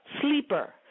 sleeper